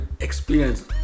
experience